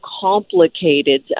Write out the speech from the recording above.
complicated